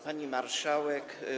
Pani Marszałek!